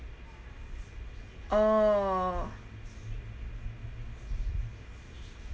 oh